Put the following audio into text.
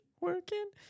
working